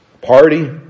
Party